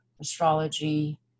astrology